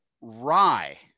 rye